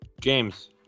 James